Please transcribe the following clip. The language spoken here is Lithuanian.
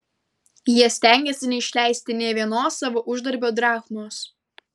jie stengėsi neišleisti nė vienos savo uždarbio drachmos